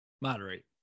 moderate